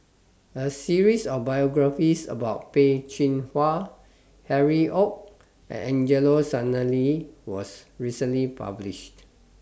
A series of biographies about Peh Chin Hua Harry ORD and Angelo Sanelli was recently published